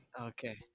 Okay